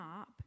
up